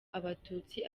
abatutsi